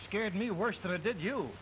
scared me worse than i did you